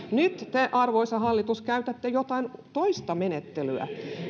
te arvoisa hallitus käytätte jotain toista menettelyä